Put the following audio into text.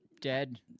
dead